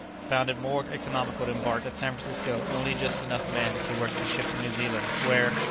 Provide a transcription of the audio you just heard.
found it more economical to embark at san francisco only just enough men to work the ship to new zealand, where,